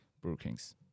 Brookings